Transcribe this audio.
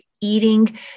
eating